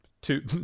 two